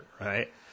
right